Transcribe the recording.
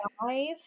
five